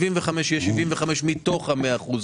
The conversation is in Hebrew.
ה-75% יהיה באמת 75% מתוך 100%,